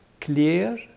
clear